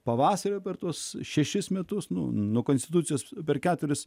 pavasario per tuos šešis metus nu nu konstitucijos per keturis